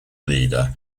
leader